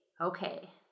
okay